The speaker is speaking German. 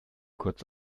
kurz